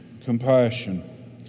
compassion